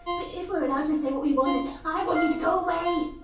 but if we're allowed to say what we want, then i want you to go away!